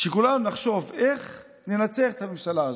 שכולנו נחשוב איך ננצח את הממשלה הזו.